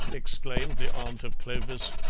exclaimed the aunt of clovis,